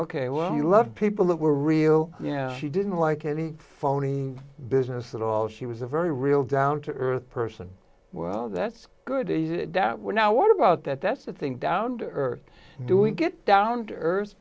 ok well he loved people that were real she didn't like any phony business at all she was a very real down to earth person well that's good that we're now what about that that's the thing down to earth doing get down to earth